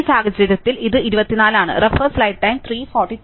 ഈ സാഹചര്യത്തിൽ ഇത് 24 ആണ്